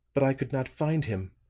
but i could not find him.